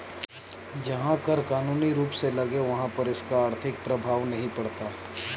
जहां कर कानूनी रूप से लगे वहाँ पर इसका आर्थिक प्रभाव नहीं पड़ता